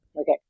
Okay